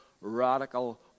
radical